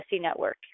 Network